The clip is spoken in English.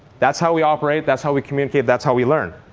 that's how we operate. that's how we communicate. that's how we learn.